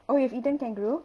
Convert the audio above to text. oh you've eaten kangaroo